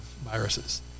viruses